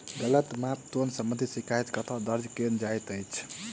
गलत माप तोल संबंधी शिकायत कतह दर्ज कैल जाइत अछि?